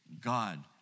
God